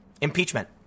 impeachment